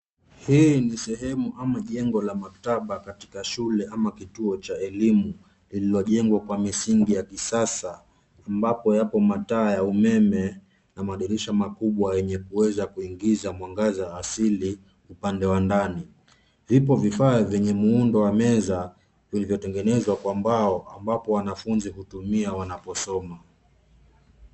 Hii ni sehemu ama jengo la maktaba, katika shule ama kituo cha elimu, lililojengwa kwa misingi ya kisasa, ambao yapo mataa ya umeme na madirisha makubwa yenye kuweza kuingiza mwangaza asili, upande wa ndani. Vipo vifaa vyenye muundo wa meza, vilivyotengenezwa kwa mbao ambapo wanafunzi hutumia wanaposoma.